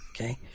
okay